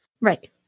Right